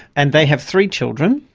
and they have three children,